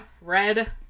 Red